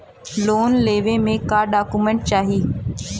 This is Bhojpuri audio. लोन लेवे मे का डॉक्यूमेंट चाही?